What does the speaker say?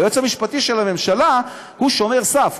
היועץ המשפטי של הממשלה הוא שומר סף,